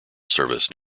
service